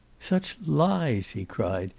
such lies! he cried.